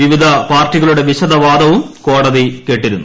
വിവിധ പാർട്ടികളുടെ വിശദവാദവും കോടതി കേട്ടിരുന്നു